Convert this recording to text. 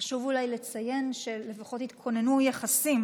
חשוב אולי לציין שלפחות התכוננו יחסים.